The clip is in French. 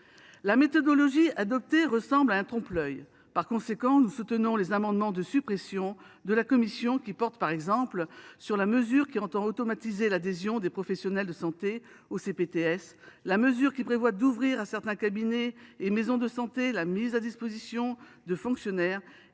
La méthodologie adoptée est en trompe l’œil. Par conséquent, nous soutenons les amendements de suppression de la commission qui portent, par exemple, sur la mesure qui entend automatiser l’adhésion des professionnels de santé aux CPTS, celle qui prévoit d’ouvrir à certains cabinets et maisons de santé la mise à disposition de fonctionnaires